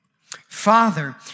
Father